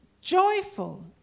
joyful